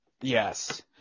yes